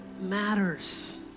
matters